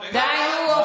די, נו.